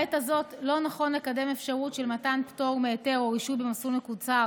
בעת הזאת לא נכון לקדם אפשרות של מתן פטור מהיתר או רישוי במסלול מקוצר